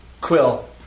Quill